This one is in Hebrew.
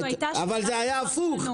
אבל זה היה הפוך.